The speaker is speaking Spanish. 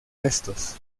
restos